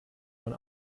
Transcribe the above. von